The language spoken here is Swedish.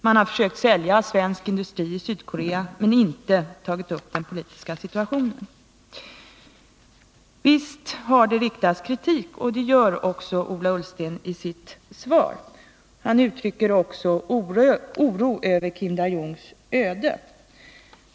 Man har försökt sälja svensk industri i Sydkorea men inte tagit upp den politiska situationen. Visst har man riktat kritik, och det gör också Ola Ullsten i sitt svar. Han uttrycker även oro över Kim Dae-Jungs öde.